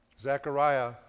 Zechariah